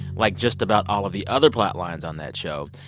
like just about all of the other plotlines on that show,